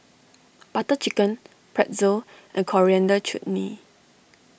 Butter Chicken Pretzel and Coriander Chutney